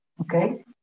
Okay